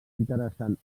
interessant